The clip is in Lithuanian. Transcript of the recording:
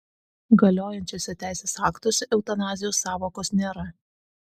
galiojančiuose teisės aktuose eutanazijos sąvokos nėra